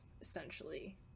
essentially